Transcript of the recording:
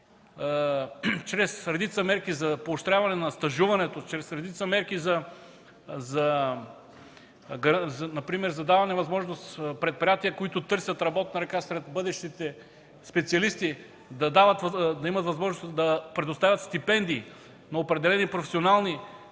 чрез редица мерки за поощряване на стажуването, чрез редица мерки например за даване възможност предприятия, които търсят работна ръка сред бъдещите специалисти, да имат възможност да предоставят стипендии на определени професионални